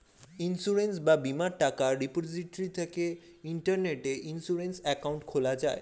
insurance বা বীমার টাকা রিপোজিটরি থেকে ইন্টারনেটে ইন্সুরেন্স অ্যাকাউন্ট খোলা যায়